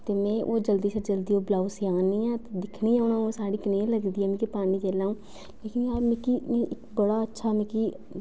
ते में ओह् जल्दी शा जल्दी ओह् ब्लौज स्यान्नी आं ते दिक्खिनी आं के ओह् साह्ड़ी मिकी कनेही लगदी ऐ पान्नी जेहले अ'ऊं मिकी इक बड़ा अच्छा मिकी